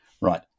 right